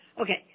Okay